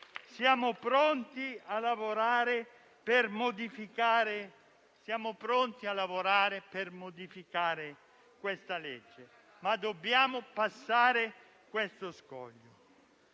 siamo pronti a lavorare per modificare questa legge, ma dobbiamo passare questo scoglio.